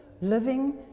living